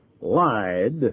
lied